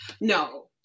No